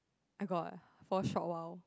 I got for a short while